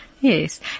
Yes